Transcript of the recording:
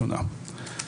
זה לגבי השאלה הראשונה.